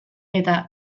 eta